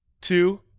two